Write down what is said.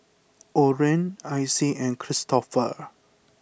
Orren Icy and Kristoffer